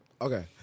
Okay